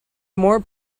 more